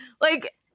like-